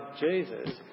Jesus